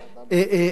ארץ,